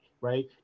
right